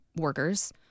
workers